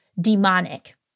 demonic